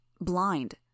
blind